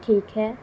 ٹھیک ہے